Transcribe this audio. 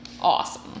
Awesome